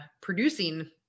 producing